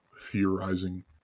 theorizing